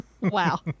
Wow